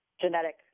genetic